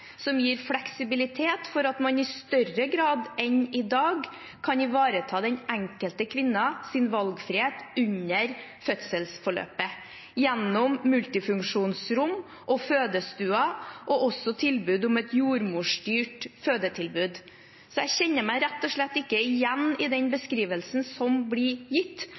som gir fleksibilitet for at man i større grad enn i dag kan ivareta den enkelte kvinnes valgfrihet under fødselsforløpet, gjennom multifunksjonsrom, fødestuer og også tilbud om et jordmorstyrt fødetilbud. Jeg kjenner meg rett og slett ikke igjen i den beskrivelsen som blir gitt,